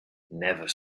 never